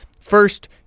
First